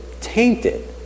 tainted